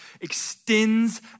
extends